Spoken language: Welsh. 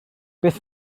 beth